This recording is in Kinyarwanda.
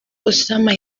osama